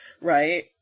right